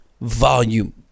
volume